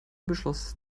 beschloss